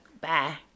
Bye